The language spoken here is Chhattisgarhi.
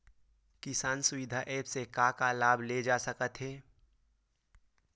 किसान सुविधा एप्प से का का लाभ ले जा सकत हे?